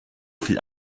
viel